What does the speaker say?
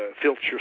filter